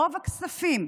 ורוב הכספים,